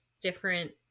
different